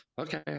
okay